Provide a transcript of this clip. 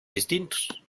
distintos